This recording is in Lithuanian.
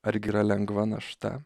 ar gi yra lengva našta